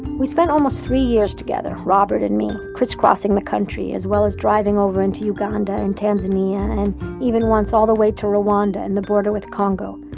we spent almost three years together, robert and me, crisscrossing the country, as well as driving over into uganda and tanzania and even once, all the way to rwanda and the border with congo.